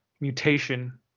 mutation